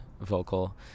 vocal